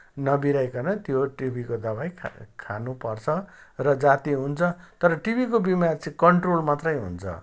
नबिराइकन त्यो टिबीको दवाई खानपर्छ र जाति हुन्छ तर टिबीको बिमार चाहिँ कन्ट्रोल मात्रै हुन्छ